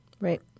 Right